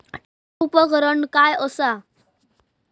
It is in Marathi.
ट्रॅक्टर उपकरण काय असा?